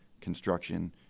construction